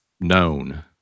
known